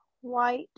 white